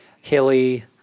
hilly